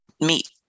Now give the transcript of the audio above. meat